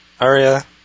Aria